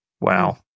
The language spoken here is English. Wow